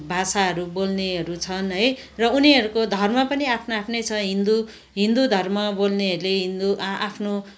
भाषाहरू बोल्नेहरू छन् है र उनीहरूको धर्म पनि आफ्नो आफ्नै छ हिन्दु हिन्दू धर्म बोल्नेहरूले हिन्दू आ आफ्नो